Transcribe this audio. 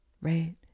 right